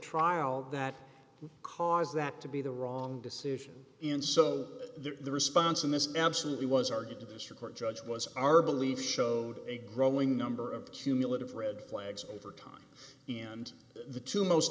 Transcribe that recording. trial that caused that to be the wrong decision in so the response in this absolutely was argued to this record judge was our belief showed a growing number of cumulative red flags over time and the two most